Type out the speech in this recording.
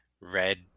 red